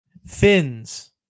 fins